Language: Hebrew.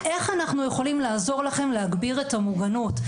איך אנחנו יכולים לעזור לכם להגביר את המוגנות?